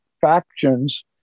factions